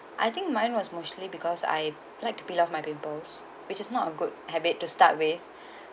I think mine was mostly because I like to peel off my pimples which is not a good habit to start with